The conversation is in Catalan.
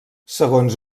segons